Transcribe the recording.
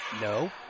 no